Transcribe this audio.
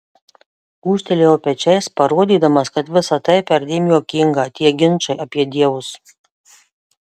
gūžtelėjau pečiais parodydamas kad visa tai perdėm juokinga tie ginčai apie dievus